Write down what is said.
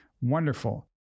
wonderful